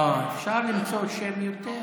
לא, אפשר למצוא שם יותר,